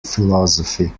philosophy